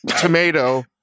tomato